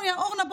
אורנה,